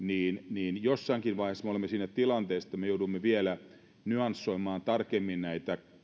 niin jossakin vaiheessa me olemme siinä tilanteessa että me joudumme vielä nyansoimaan tarkemmin näitä